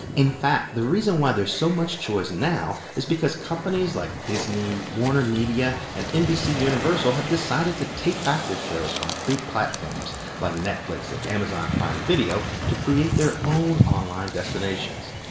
in fact, the reason why there's so much choice now is because companies like disney, warner media and nbc universal have decided to take back their shows from big platforms like netflix and amazon prime video to create their own online destinations.